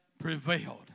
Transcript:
prevailed